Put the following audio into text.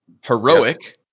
heroic